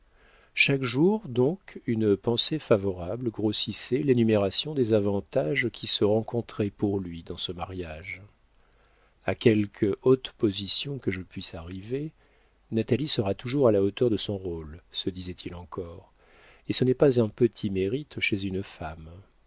chaque jour donc une pensée favorable grossissait l'énumération des avantages qui se rencontraient pour lui dans ce mariage a quelque haute position que je puisse arriver natalie sera toujours à la hauteur de son rôle se disait-il encore et ce n'est pas un petit mérite chez une femme